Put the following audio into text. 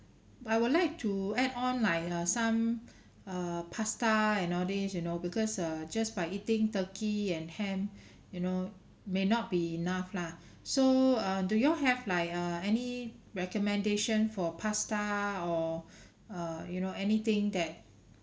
I would like to add on like uh some err pasta and all this you know because err just by eating turkey and ham you know may not be enough lah so uh do you all have like err any recommendation for pasta or uh you know anything that